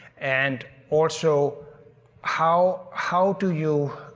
and also how how do you.